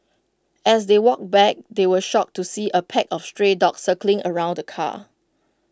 as they walked back they were shocked to see A pack of stray dogs circling around the car